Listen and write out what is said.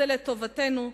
זה לטובתנו,